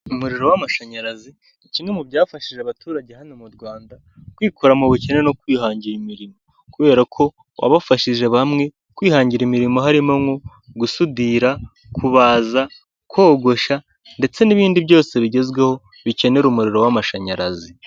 Umuriro w'amashanyarazi ni kimwe mu byafashije abaturage hano mu Rwanda kwikura mu bukene no kwihangira imirimo, kubera ko wabafashije bamwe kwihangira imirimo harimo nko gusudira, kubaza, kogosha ndetse n'ibindi byose bigezweho bikenera umuriro w'amashanyarazi.